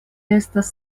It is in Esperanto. estas